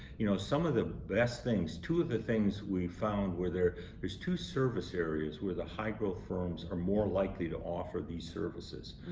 you know, some of the best things, two of the things we found were there's two service areas where the high-growth firms are more likely to offer these services.